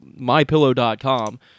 MyPillow.com